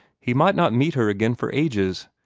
he might not meet her again for ages,